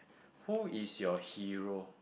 who is your hero